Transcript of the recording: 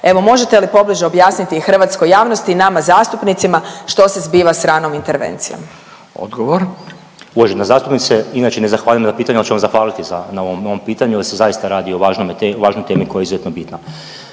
Evo, možete li pobliže objasniti hrvatskoj javnosti i nama zastupnici što se zbiva s ranom intervencijom? **Radin, Furio (Nezavisni)** Odgovor. **Jurišić, Darijo** Uvažena zastupnice, inače ne zahvaljujem na pitanju, ali ću vam zahvaliti za, na ovom pitanju jer se zaista radi o važnome, važnoj temi koja je izuzetno bitna.